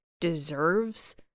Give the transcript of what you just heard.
deserves